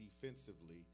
defensively